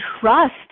trust